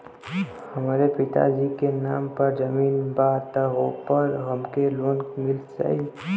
हमरे पिता जी के नाम पर जमीन बा त ओपर हमके लोन मिल जाई?